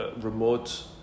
remote